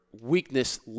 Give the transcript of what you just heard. weakness